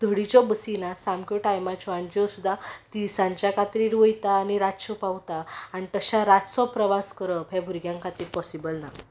धडीच्यो बसी ना सामक्यो टायमाच्यो आनी ज्यो सुद्दां तिळसांजच्या कात्रीर वयता आनी रातच्यो पावता आनी तशें रातचो प्रवास करप हे भुरग्यां खातीर पोसीबल ना